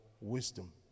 wisdom